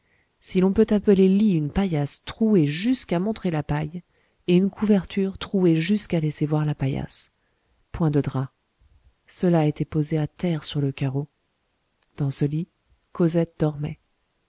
si l'on peut appeler lit une paillasse trouée jusqu'à montrer la paille et une couverture trouée jusqu'à laisser voir la paillasse point de draps cela était posé à terre sur le carreau dans ce lit cosette dormait